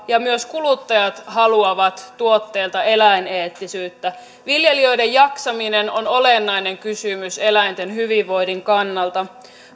ja myös kuluttajat haluavat tuotteelta eläineettisyyttä viljelijöiden jaksaminen on olennainen kysymys eläinten hyvinvoinnin kannalta